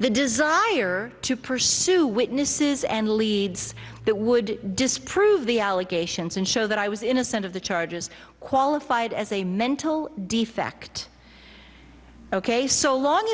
the desire to pursue witnesses and leads that would disprove the allegations and show that i was innocent of the charges qualified as a mental defect ok so long